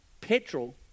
petrol